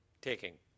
Taking